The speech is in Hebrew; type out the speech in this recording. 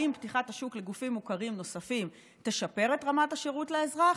האם פתיחת השוק לגופים מוכרים נוספים תשפר את רמת השירות לאזרח,